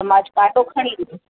त मां अजु कांटो खणी ईंदुमि